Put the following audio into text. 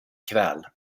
kväll